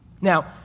Now